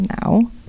now